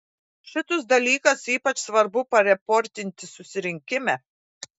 šitus dalykas ypač svarbu pareportinti susirinkime